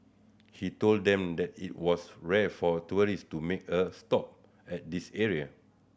he told them that it was rare for tourist to make a stop at this area